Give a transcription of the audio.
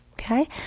Okay